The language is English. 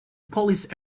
police